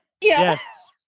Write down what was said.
Yes